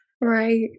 Right